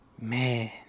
Man